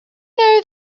know